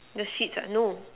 the seat ah no